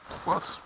plus